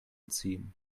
ziehen